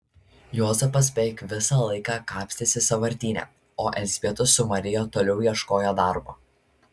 juozapas beveik visą laiką kapstėsi sąvartyne o elzbieta su marija toliau ieškojo darbo